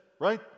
Right